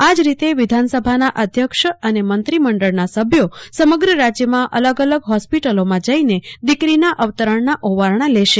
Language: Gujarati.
આજ રીતે વિધાનસભાના અધ્યક્ષ અને મંત્રી મંડળના સભ્યો સમગ્ર રાજ્યમાં અલગ અલગ હોસ્પિટલોમાં જઇને દીકરીના અવતરણના ઓવારણા લેશે